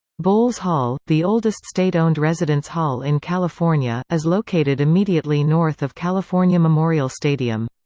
bowles hall, the oldest state-owned residence hall in california, is located immediately north of california memorial stadium.